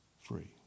free